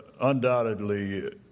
undoubtedly